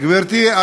גברתי,